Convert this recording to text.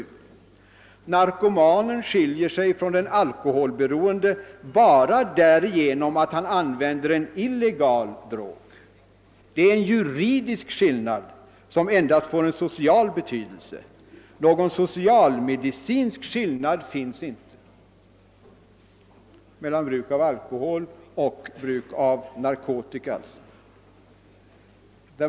»Narkomanen skiljer sig från den alkoholberoende bara därigenom att han använder en illegal drog. Det är en juridisk skillnad som endast får en social betydelse — någon social-medicinsk skillnad finns inte« — alltså mellan bruk av alkohol och bruk av narkotika.